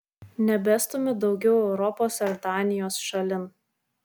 nebestumiu daugiau europos ar danijos šalin